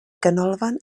ganolfan